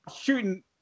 shooting